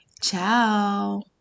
Ciao